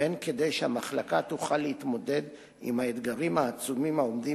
והן כדי שהמחלקה תוכל להתמודד עם האתגרים העצומים העומדים